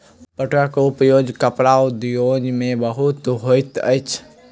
पटुआ के उपयोग कपड़ा उद्योग में बहुत होइत अछि